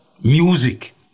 music